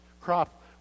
crop